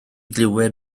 glywed